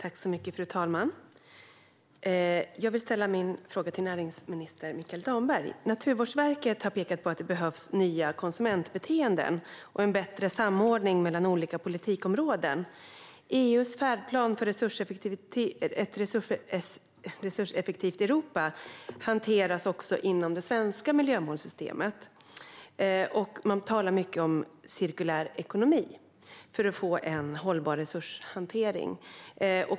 Fru talman! Jag vill ställa min fråga till näringsminister Mikael Damberg. Naturvårdsverket har pekat på att det behövs nya konsumentbeteenden och bättre samordning mellan olika politikområden. EU:s färdplan för ett resurseffektivt Europa hanteras också inom det svenska miljömålssystemet. Man talar mycket om cirkulär ekonomi för att få en hållbar resurshantering.